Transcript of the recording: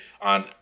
on